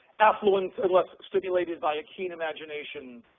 affluence, unless stimulated by a keen imagination,